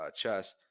chess